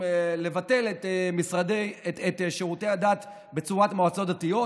לבטל את שירותי הדת בצורת מועצות דתיות,